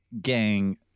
gang